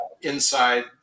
inside